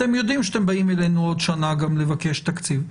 אתם יודעים שאתם באים אלינו עוד שנה לבקש תקציב.